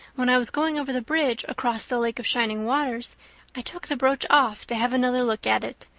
when i was going over the bridge across the lake of shining waters i took the brooch off to have another look at it.